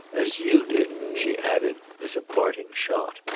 as you did, she added as a parting shot.